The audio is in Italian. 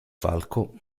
falco